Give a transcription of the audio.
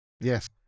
Yes